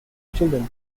children